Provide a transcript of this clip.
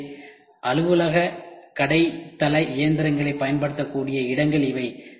எனவே அலுவலக கடை தளஇயந்திரங்களைப் பயன்படுத்தக்கூடிய இடங்கள் இவை